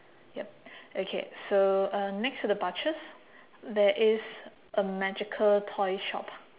yup okay so uh next to the butchers there is a magical toy shop